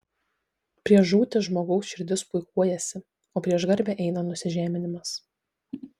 prieš žūtį žmogaus širdis puikuojasi o prieš garbę eina nusižeminimas